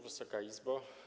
Wysoka Izbo!